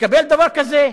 לקבל דבר כזה?